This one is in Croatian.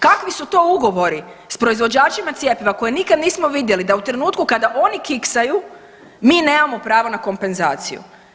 Kakvi su to ugovori sa proizvođačima cjepiva koje nikada nismo vidjeli da u trenutku kada oni kiksaju mi nemamo pravo na kompenzaciju.